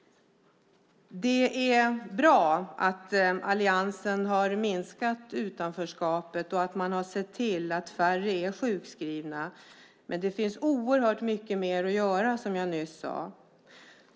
Det är bra att alliansen har minskat utanförskapet och sett till att färre är sjukskrivna. Men som jag nyss sade finns det mycket mer att göra.